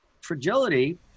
fragility